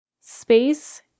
space